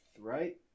right